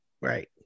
Right